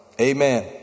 Amen